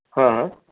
হ্যাঁ